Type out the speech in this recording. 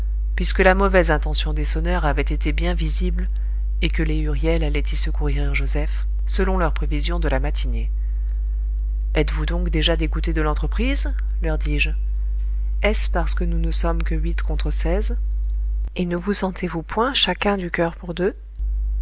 puisque la mauvaise intention des sonneurs avait été bien visible et que les huriel allaient y secourir joseph selon leurs prévisions de la matinée êtes-vous donc déjà dégoûtés de l'entreprise leur dis-je est-ce parce que nous ne sommes que huit contre seize et ne vous sentez-vous point chacun du coeur pour deux